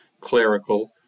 clerical